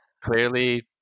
clearly